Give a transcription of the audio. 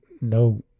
no